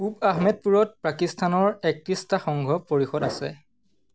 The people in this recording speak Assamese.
পূব আহমেদপুৰত পাকিস্তানৰ একত্ৰিছটা সংঘ পৰিষদ আছে